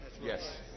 Yes